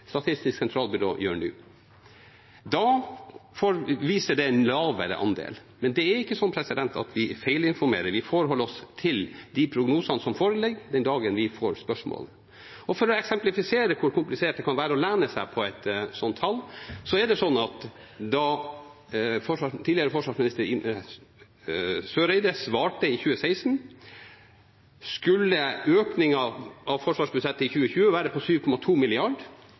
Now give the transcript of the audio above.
Statistisk sentralbyrå gjør nå. Den viser en lavere andel. Vi feilinformerer ikke, men vi forholder oss til de prognosene som foreligger den dagen vi får spørsmål. Jeg kan eksemplifisere hvor komplisert det kan være å lene seg på et slikt tall: Da tidligere forsvarsminister Ine M. Eriksen Søreide svarte i 2016, skulle økningen av forsvarsbudsjettet i 2020 være 7,2